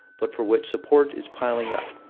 but for which support is piling up,